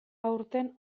aurten